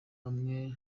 bamwe